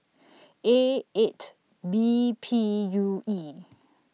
A eight B P U E